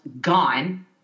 gone